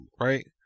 right